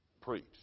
preached